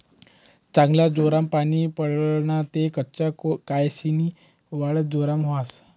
चांगला जोरमा पानी पडना ते कच्चा केयेसनी वाढ जोरमा व्हस